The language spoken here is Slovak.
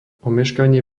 omeškanie